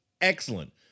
excellent